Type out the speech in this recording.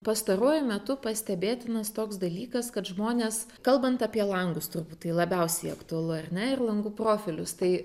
pastaruoju metu pastebėtinas toks dalykas kad žmonės kalbant apie langus turbūt tai labiausiai aktualu ar ne ir langų profilius tai